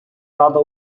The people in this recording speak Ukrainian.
рада